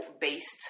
based